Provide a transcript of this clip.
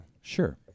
Sure